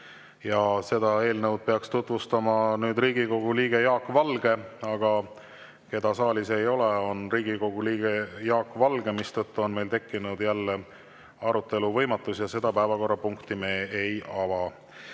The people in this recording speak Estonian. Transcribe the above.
Seda eelnõu peaks tutvustama Riigikogu liige Jaak Valge. Keda saalis ei ole, on Riigikogu liige Jaak Valge, mistõttu on meil tekkinud jälle arutelu võimatus ja selle päevakorrapunkti arutelu me ei ava.